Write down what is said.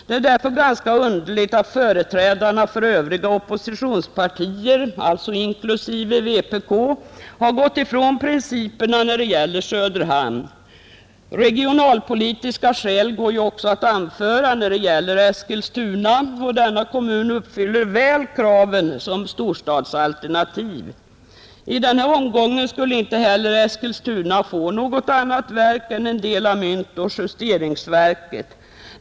Det är därför ganska underligt att företrädarna för övriga oppositionspartier — inklusive vpk — har gått ifrån principerna när det gäller Söderhamn. Regionalpolitiska skäl går ju också att anföra i fråga om Eskilstuna, och denna kommun uppfyller väl kraven som storstadsalternativ. I denna omgång skulle inte heller Eskilstuna få något annat än en del av myntoch justeringsverket.